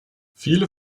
viele